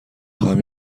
خواهم